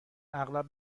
اغلب